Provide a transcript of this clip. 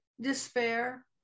Despair